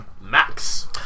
Max